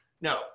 No